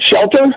shelter